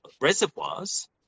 reservoirs